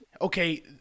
okay